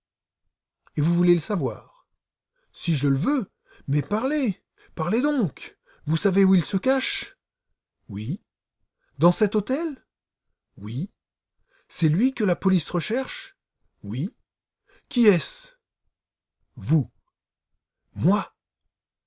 et vous voulez savoir si je le veux mais parlez parlez donc vous savez où il se cache oui dans cet hôtel oui c'est lui que la police recherche oui et je le connais oui qui est-ce vous moi